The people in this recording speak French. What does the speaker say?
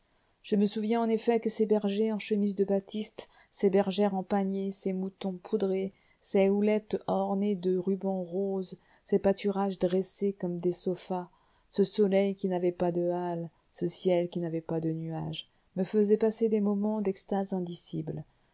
je me souviens en effet que ces bergers en chemise de batiste ces bergères en paniers ces moutons poudrés ces houlettes ornées de rubans roses ces pâturages dressés comme des sofas ce soleil qui n'avait pas de hâle ce ciel qui n'avait pas de nuages me faisaient passer des moments d'extase indicible